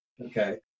okay